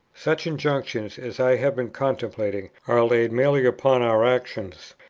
such injunctions as i have been contemplating are laid merely upon our actions,